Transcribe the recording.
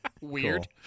Weird